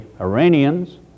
Iranians